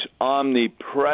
omnipresent